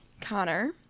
Connor